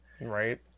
Right